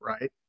right